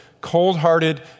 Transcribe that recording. cold-hearted